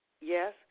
Yes